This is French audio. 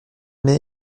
mai